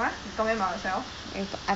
!huh! you talking about yourself